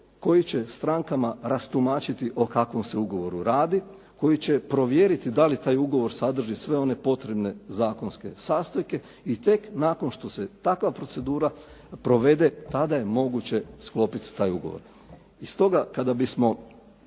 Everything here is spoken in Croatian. koji će strankama rastumačiti o kakvom se ugovoru radi, koji će provjeriti da li taj ugovor sadrži sve one potrebne zakonske sastojke i tek nakon što se takva procedura provede, tada je moguće sklopiti taj ugovor.